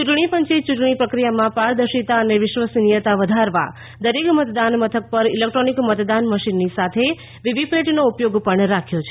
ચૂંટણી પંચે ચૂંટણી પ્રક્રિયામાં પારદર્શિતા અને વિશ્વસનીયતા વધારવા દરેક મતદાન મથક પર ઇલેક્ટ્રોનિક મતદાન મશીનની સાથે વીવીપીએટીનો ઉપયોગ પણ રાખ્યો છે